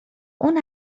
اون